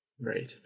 Right